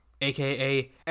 aka